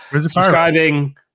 subscribing